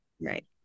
Right